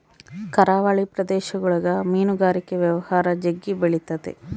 ಕರಾವಳಿ ಪ್ರದೇಶಗುಳಗ ಮೀನುಗಾರಿಕೆ ವ್ಯವಹಾರ ಜಗ್ಗಿ ಬೆಳಿತತೆ